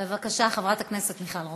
בבקשה, חברת הכנסת מיכל רוזין.